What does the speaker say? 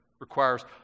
requires